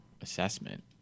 assessment